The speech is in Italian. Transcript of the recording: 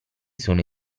sono